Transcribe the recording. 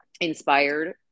inspired